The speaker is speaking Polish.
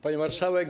Pani Marszałek!